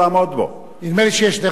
נדמה לי שיש דרך הרבה יותר פשוטה,